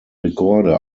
rekorde